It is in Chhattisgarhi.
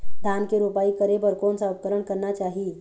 धान के रोपाई करे बर कोन सा उपकरण करना चाही?